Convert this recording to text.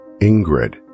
Ingrid